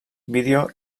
vídeo